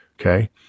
okay